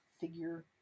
figure